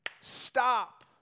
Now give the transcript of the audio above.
stop